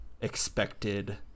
expected